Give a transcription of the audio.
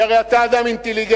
כי הרי אתה אדם אינטליגנטי,